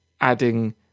adding